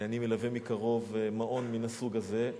אני מלווה מקרוב מעון מן הסוג הזה.